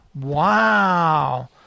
Wow